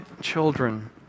children